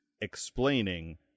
explaining